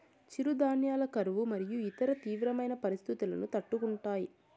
చిరుధాన్యాలు కరువు మరియు ఇతర తీవ్రమైన పరిస్తితులను తట్టుకుంటాయి